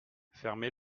fermer